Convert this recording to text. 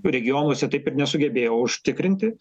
regionuose taip ir nesugebėjo užtikrinti